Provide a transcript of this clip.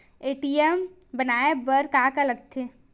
ATM बनवाय बर का का लगथे?